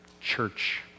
church